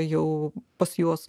jau pas juos